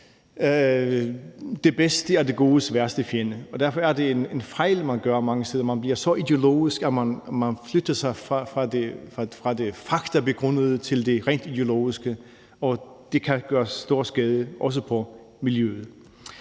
det bedste er det godes værste fjende, og derfor er det en fejl, man gør mange steder, at man bliver så ideologisk, at man flytter sig fra det faktabegrundede til det rent ideologiske, og det kan gøre stor skade, også på miljøet.